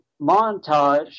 montage